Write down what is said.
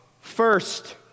first